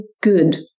good